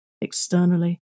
externally